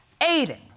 Aiden